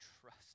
trust